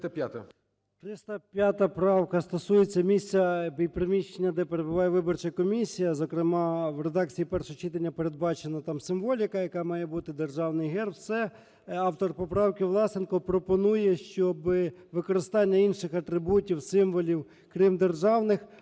305 правка стосується місця, приміщення, де перебуває виборча комісія. Зокрема в редакції першого читання передбачена там символіка, яка має бути – Державний Герб, все. Автор поправки – Власенко пропонує, що використання інших атрибутів, символів, крім державних,